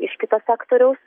iš kito sektoriaus